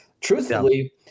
truthfully –